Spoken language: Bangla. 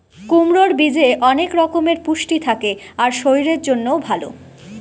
কুমড়োর বীজে অনেক রকমের পুষ্টি থাকে আর শরীরের জন্যও ভালো